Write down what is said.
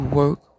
work